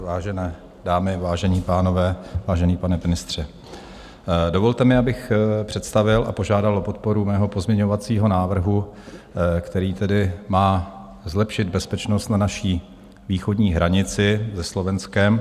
Vážené dámy, vážení pánové, vážený pane ministře, dovolte mi, abych představil a požádal o podporu svého pozměňovacího návrhu, který má zlepšit bezpečnost na naší východní hranici se Slovenskem.